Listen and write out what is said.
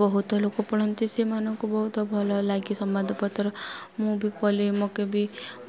ବହୁତ ଲୋକ ପଢ଼ନ୍ତି ସେମାନଙ୍କୁ ବହୁତ ଭଲଲାଗେ ସମ୍ବାଦପତ୍ର ମୁଁ ବି ପ ମୋତେ ବି